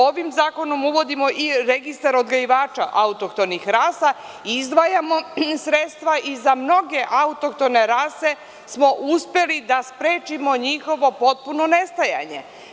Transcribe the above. Ovim zakonom uvodimo i registar odgajivača autohtonih rasa, izdvajamo sredstva i za mnoge autohtone rase smo uspeli da sprečimo njihovo potpuno nestajanje.